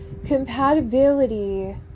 Compatibility